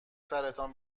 سرت